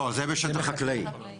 לא, זה בשטח חקלאי.